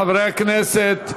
חברי הכנסת,